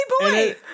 boy